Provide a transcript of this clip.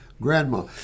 grandma